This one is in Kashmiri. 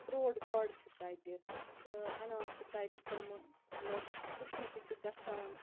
تروٹ گاڈٕ چھِ تَتہِ تہٕ اَنان چھِ تَتہِ تمہِ مَطلَب وٕچھنہِ تہِ چھِ گَژھان